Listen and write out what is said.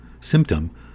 symptom